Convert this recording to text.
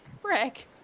Brick